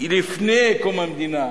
לפני קום המדינה,